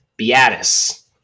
Beatis